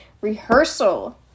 rehearsal